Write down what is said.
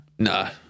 No